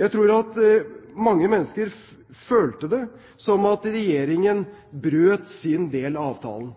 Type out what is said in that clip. Jeg tror at mange mennesker følte det som at Regjeringen brøt sin del av avtalen.